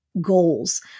goals